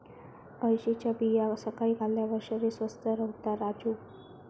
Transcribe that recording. अळशीच्या बिया सकाळी खाल्ल्यार शरीर स्वस्थ रव्हता राजू